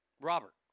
Robert